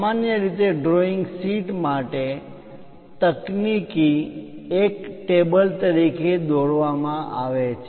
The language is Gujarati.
સામાન્ય રીતે ડ્રોઈંગ શીટ માટે તકનીકી એક ટેબલ તરીકે દોરવામાં આવે છે